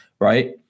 right